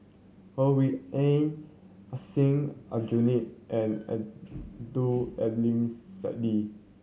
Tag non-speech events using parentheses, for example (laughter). Ho Rui An Hussein Aljunied and Abdul Aleem (unintelligible)